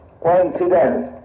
coincidence